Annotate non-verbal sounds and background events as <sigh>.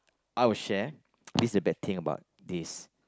I will share <noise> this is the bad thing about this